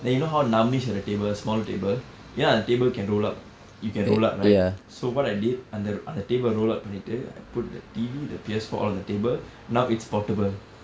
then you know how navinesh had a table a small table ya the table can roll up you can roll up right so what I did அந்த அந்த:antha antha table roll up பண்ணிட்டு:pannittu I put the T_V the P_S four all on the table now it's portable